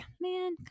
man